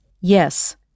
Yes